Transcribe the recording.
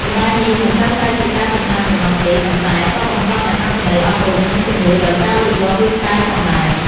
ល្បែងនេះមិនត្រឹមតែជាការកម្សាន្តប៉ុណ្ណោះទេ ប៉ុន្តែក៏បង្កប់នូវអត្ថន័យអប់រំ និងជំនួយដល់ការលូតលាស់រាងកាយផងដែរ។